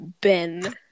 Ben